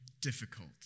difficult